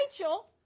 Rachel